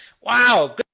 Wow